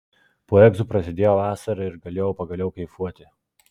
po egzų prasidėjo vasara ir galėjau pagaliau kaifuoti